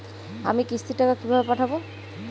আমি কিস্তির টাকা কিভাবে পাঠাব?